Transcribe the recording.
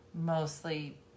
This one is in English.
mostly